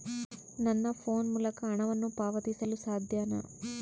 ನನ್ನ ಫೋನ್ ಮೂಲಕ ಹಣವನ್ನು ಪಾವತಿಸಲು ಸಾಧ್ಯನಾ?